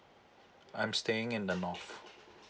I'm staying in the north